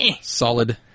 Solid